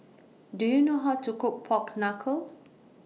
Do YOU know How to Cook Pork Knuckle